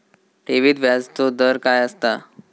ठेवीत व्याजचो दर काय असता?